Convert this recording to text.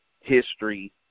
History